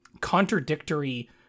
contradictory